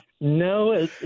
No